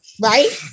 Right